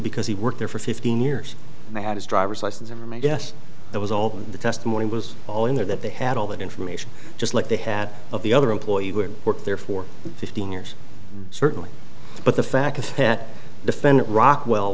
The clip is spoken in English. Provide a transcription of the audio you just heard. because he worked there for fifteen years and they had his driver's license and i guess that was all the testimony was all in there that they had all that information just like they had of the other employee who worked there for fifteen years certainly but the fact that defendant rockwell